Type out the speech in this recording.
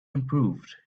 improved